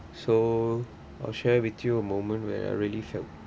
so I'll share with you a moment where I really felt